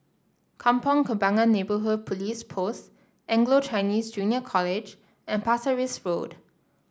Kampong Kembangan Neighbourhood Police Post Anglo Chinese Junior College and Pasir Ris Road